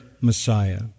Messiah